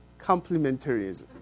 complementarism